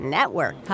Network